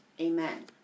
Amen